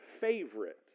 favorite